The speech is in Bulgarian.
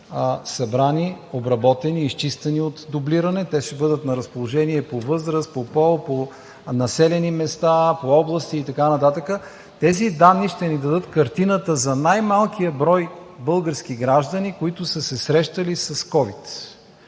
събрани, обработени, изчистени от дублиране. Те ще бъдат на разположение по възраст, по пол, по населени места, по области и така нататък. Тези данни ще ни дадат картината за най-малкия брой български граждани, които са се срещали с ковид.